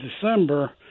December